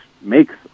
makes